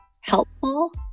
helpful